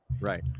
right